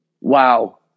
wow